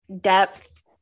depth